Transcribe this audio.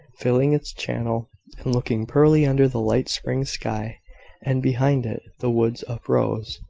filling its channel, and looking pearly under the light spring sky and behind it the woods uprose,